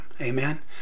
amen